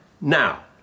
Now